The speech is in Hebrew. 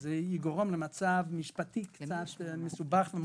זה יגרום למצב משפטי קצת מסובך ומורכב.